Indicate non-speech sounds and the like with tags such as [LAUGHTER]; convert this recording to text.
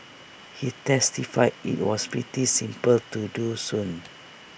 he testified IT was pretty simple to do soon [NOISE]